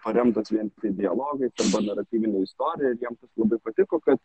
paremtas vien tiktai dialogai naratyvinė istorija ir jiem labai patiko kad